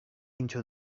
into